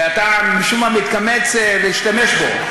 ואתה משום מה מתקמץ להשתמש בו.